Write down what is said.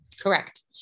Correct